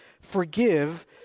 forgive